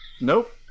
Nope